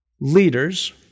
leaders